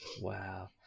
Wow